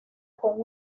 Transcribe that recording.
con